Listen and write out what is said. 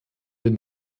den